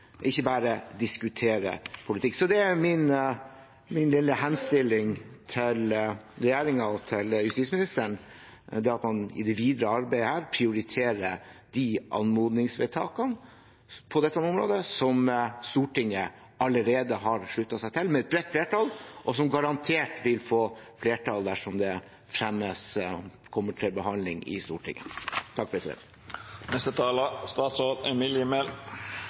ikke bare diskutere politikk. Min lille henstilling til regjeringen og til justisministeren er at man i det videre arbeidet her prioriterer de anmodningsvedtakene på dette området som Stortinget allerede har sluttet seg til, med et bredt flertall, og som garantert vil få flertall dersom det fremmes og kommer til behandling i Stortinget.